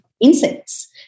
insects